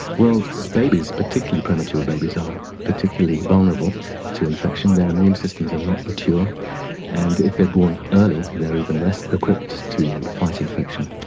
well babies, particularly premature babies are particularly vulnerable to infection, their immune systems are and not mature and if they're born early they're even less equipped to fight infection.